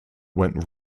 went